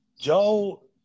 joe